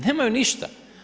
Nemaju ništa.